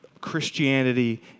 Christianity